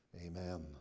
Amen